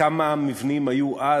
וכמה מבנים היו אז,